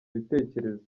bitekerezo